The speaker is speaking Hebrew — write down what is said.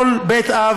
כל בית אב